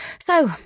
So